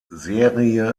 serie